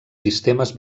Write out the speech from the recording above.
sistemes